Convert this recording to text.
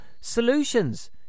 solutions